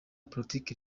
politiki